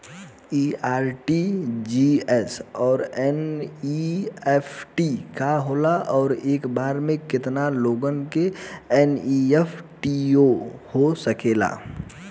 इ आर.टी.जी.एस और एन.ई.एफ.टी का होला और एक बार में केतना लोगन के एन.ई.एफ.टी हो सकेला?